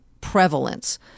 prevalence